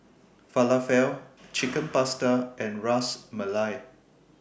Falafel Chicken Pasta and Ras Malai